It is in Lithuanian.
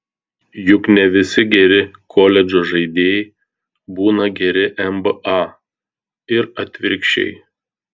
juk ne visi geri koledžo žaidėjai būna geri nba ir atvirkščiai